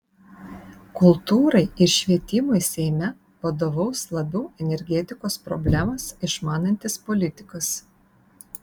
kultūrai ir švietimui seime vadovaus labiau energetikos problemas išmanantis politikas